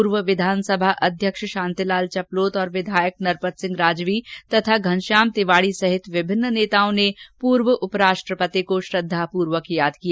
पूर्व विधानसभा अध्यक्ष शांतिलाल चपलोत और विधायक नरपत सिंह राजवी तथा घनश्याम तिवाड़ी सहित विभिन्न नेताओं ने पूर्व उपराष्ट्रपति को श्रद्वापूर्वक याद किया